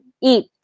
eat